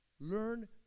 Learn